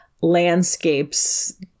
landscapes